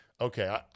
okay